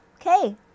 Okay